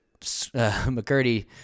McCurdy